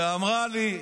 שאמרה לי,